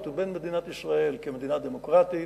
ובין מדינת ישראל כמדינה דמוקרטית,